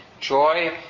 joy